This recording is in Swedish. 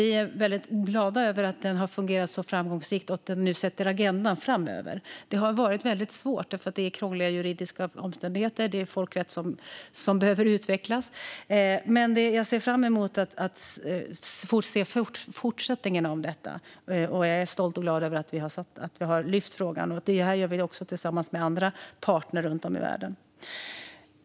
Vi är väldigt glada över att den har fungerat så framgångsrikt och att den nu sätter agendan framöver. Det har varit väldigt svårt, för det är krångliga juridiska omständigheter. Det är folkrätt som behöver utvecklas. Men det jag ser fram emot är fortsättningen på detta, och jag är stolt och glad över att vi har lyft frågan. Detta gör vi också tillsammans med andra partner runt om i världen.